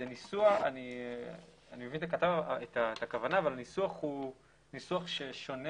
אני מבין את הכוונה אבל הניסוח הוא ניסוח ששונה